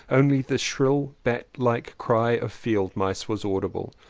only the shrill bat-like cry of field-mice was audible.